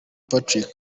patrick